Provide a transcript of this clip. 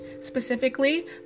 specifically